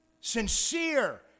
Sincere